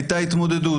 הייתה התמודדות,